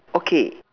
okay